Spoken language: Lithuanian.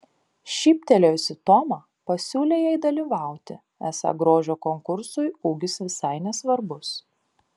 šyptelėjusi toma pasiūlė jai dalyvauti esą grožio konkursui ūgis visai nesvarbus